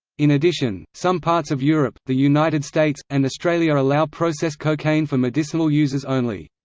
in addition, some parts of europe, the united states, and australia allow processed cocaine for medicinal uses only.